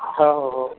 हो हो हो